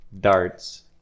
darts